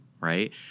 right